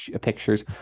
pictures